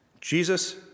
Jesus